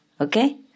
Okay